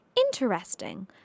Interesting